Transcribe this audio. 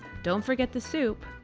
don't forget the soup!